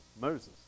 Moses